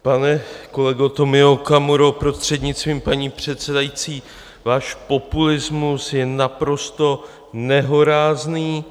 Pane kolego Tomio Okamuro prostřednictvím paní předsedající, váš populismus je naprosto nehorázný.